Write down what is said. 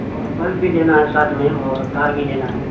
اور بلب بھی لینا ہے ساتھ میں اور تار بھی لینا ہے